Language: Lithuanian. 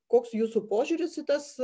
koks jūsų požiūris į tas